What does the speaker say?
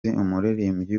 umuririmbyi